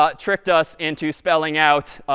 ah tricked us into spelling out,